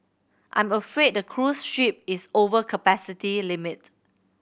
I'm afraid the cruise ship is over capacity limit